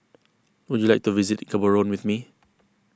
would you like to visit Gaborone with me